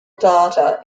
data